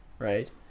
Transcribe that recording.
Right